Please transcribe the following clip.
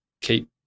keep